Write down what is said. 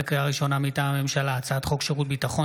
השכר (תיקון,